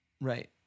Right